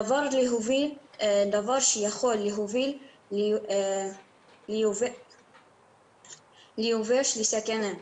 דבר שיכול להוביל ליובש וסכנה.